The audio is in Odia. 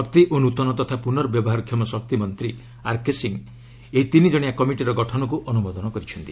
ଶକ୍ତି ଓ ନ୍ନତନ ତଥା ପୁର୍ନବ୍ୟବହାର କ୍ଷମ ଶକ୍ତିମନ୍ତ୍ରୀ ଆର୍କେ ସିଂହ ଏହି ତିନି କଣିଆ କମିଟିର ଗଠନକୁ ଅନୁମୋଦନ କରିଛନ୍ତି